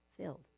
Filled